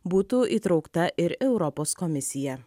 būtų įtraukta ir europos komisija